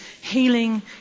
healing